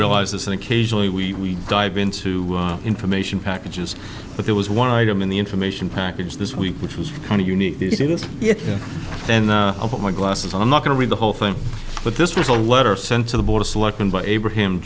realize this and occasionally we dive into our information packages but there was one item in the information package this week which was kind of unique then i'll put my glasses on i'm not going to read the whole thing but this was a letter sent to the board of selectmen by abraham